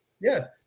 yes